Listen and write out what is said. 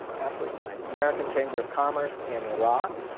absolutely fine. american chamber of commerce in iraq.